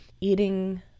Eating